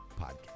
podcast